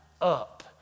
up